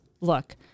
look